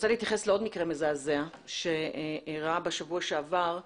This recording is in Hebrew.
להתייחס לעוד מקרה מזעזע שאירע בשבוע שעבר,